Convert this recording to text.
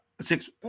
six